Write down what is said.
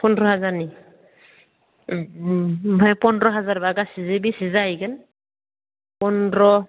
फनद्र' हाजारनि उम आमफ्राय फनद्र' हाजारबा गासै जे बेसे जाहैगोन फनद्र'